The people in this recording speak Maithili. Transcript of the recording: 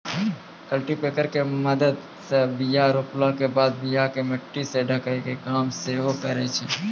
कल्टीपैकर के मदत से बीया रोपला के बाद बीया के मट्टी से ढकै के काम सेहो करै छै